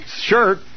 shirt